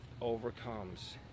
overcomes